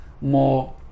more